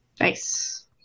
Nice